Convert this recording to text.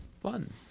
fun